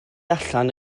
allan